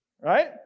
Right